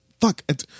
Fuck